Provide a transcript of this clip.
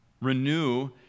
Renew